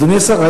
אדוני השר,